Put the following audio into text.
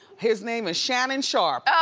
his name is shannon sharpe. oh.